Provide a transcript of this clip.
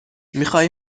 میخای